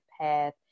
path